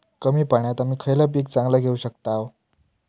कमी पाण्यात आम्ही खयला पीक चांगला घेव शकताव?